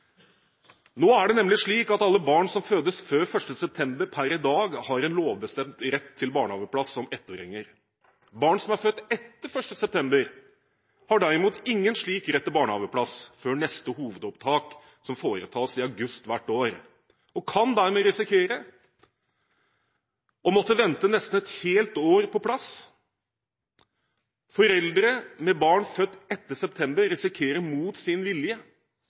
Nå er det nemlig slik at alle barn som fødes før 1. september, per i dag har en lovbestemt rett til barnehageplass som ettåringer. Barn som er født etter 1. september, har derimot ingen slik rett til barnehageplass før neste hovedopptak, som foretas i august hvert år, og de kan dermed risikere å måtte vente nesten et helt år på plass. Foreldre med barn født etter 1. september risikerer, mot sin vilje,